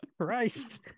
Christ